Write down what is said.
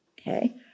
Okay